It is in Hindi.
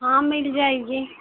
हाँ मिल जाएगी